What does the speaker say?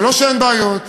זה לא שאין בעיות,